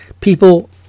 people